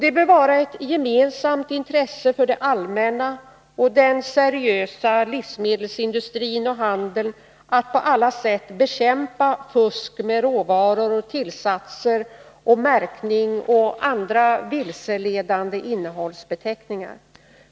Det bör vara ett gemensamt intresse för det allmänna och den seriösa livsmedelsindustrin och handeln att på alla sätt bekämpa fusk med råvaror, tillsatser, märkning och innehållsbeskrivningar.